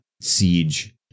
siege